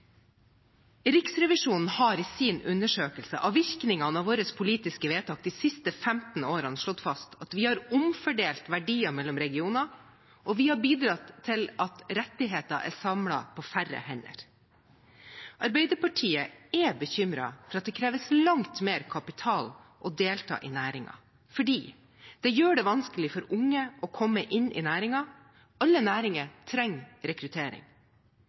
Riksrevisjonen har i sin undersøkelse av virkningene av våre politiske vedtak de siste femten årene slått fast at vi har omfordelt verdier mellom regioner, og vi har bidratt til at rettigheter er samlet på færre hender. Arbeiderpartiet er bekymret for at det kreves langt mer kapital å delta i næringen, fordi det gjør det vanskelig for unge å komme inn i den. Alle næringer trenger rekruttering.